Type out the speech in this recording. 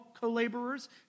co-laborers